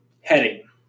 heading